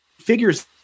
figures